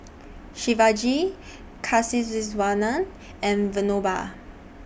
Shivaji Kasiviswanathan and Vinoba